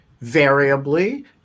variably